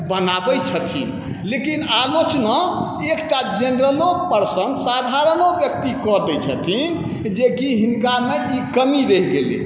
बनाबै छथिन लेकिन आलोचना एकटा जेनरलो पर्सन साधारणो व्यक्ति कऽ दै छथिन जेकि हिनकामे ई कमी रहि गेलै